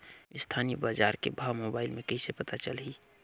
स्थानीय बजार के भाव मोबाइल मे कइसे पता चलही?